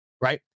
right